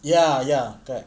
ya ya correct